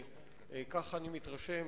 ככה אני מתרשם,